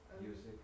Music